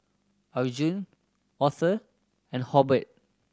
Arjun Author and Hobert